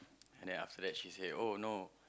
and then after that she said oh no